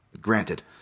granted